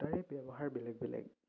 দুয়োটাৰে ব্যৱহাৰ বেলেগ বেলেগ